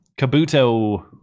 Kabuto